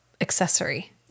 accessory